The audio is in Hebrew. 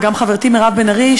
וגם חברתי מירב בן ארי,